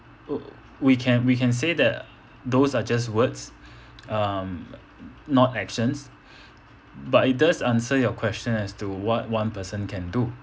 oh we can we can say that those are just words um not actions but it does answer your question as to what one person can do